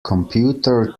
computer